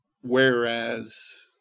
Whereas